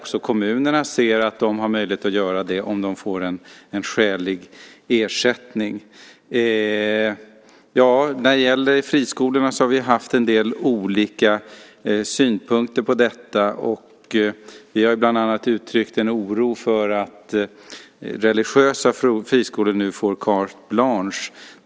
Kommunerna ser att de har möjlighet att göra detta om de får skälig ersättning. Vi har haft en del olika synpunkter på friskolorna. Vi har uttryckt en oro för att religiösa friskolor nu får carte blanche .